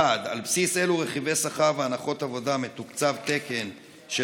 1. על בסיס אילו רכיבי שכר והנחות עבודה מתוקצב תקן של